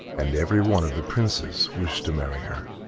and every one of the princes wished to marry her,